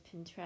pinterest